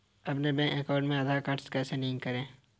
अपने bank account में Aadhaar card कैसे लिंक करें?